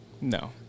No